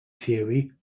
theory